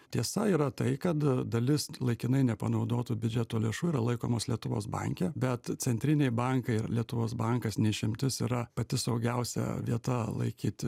tiesa yra tai kad dalis laikinai nepanaudotų biudžeto lėšų yra laikomos lietuvos banke bet centriniai bankai ir lietuvos bankas ne išimtis yra pati saugiausia vieta laikyt